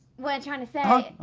what i'm trying to say.